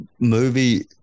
movie